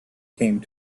came